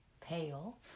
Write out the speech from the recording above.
pale